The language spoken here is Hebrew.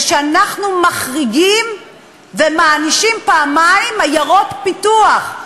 זה שאנחנו מחריגים ומענישים פעמיים עיירות פיתוח,